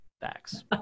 Facts